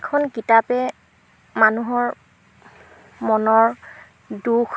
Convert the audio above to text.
এখন কিতাপে মানুহৰ মনৰ দুখ